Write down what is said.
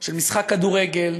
של משחק כדורגל.